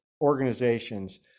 organizations